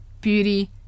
beauty